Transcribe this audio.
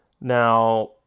now